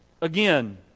again